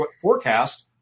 forecast